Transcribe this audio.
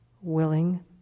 willing